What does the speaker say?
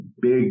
big